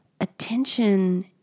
attention